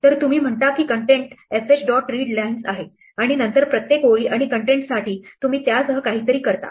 तर तुम्ही म्हणता की कन्टेन्टcontent सामग्री fh dot readlines आहे आणि नंतर प्रत्येक ओळी आणि कन्टेन्टसाठी तुम्ही त्यासह काहीतरी करा